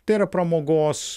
tai yra pramogos